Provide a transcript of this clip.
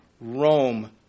Rome